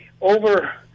over